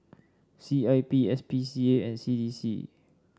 C I P S P C A and C D C